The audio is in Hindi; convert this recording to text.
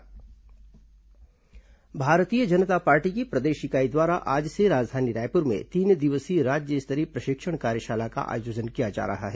भाजपा प्रशिक्षण कार्यशाला भारतीय जनता पार्टी की प्रदेश इकाई द्वारा आज से राजधानी रायपुर में तीन दिवसीय राज्य स्तरीय प्रशिक्षण कार्यशाला का आयोजन किया जा रहा है